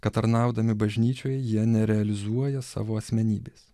kad tarnaudami bažnyčioje jie nerealizuoja savo asmenybės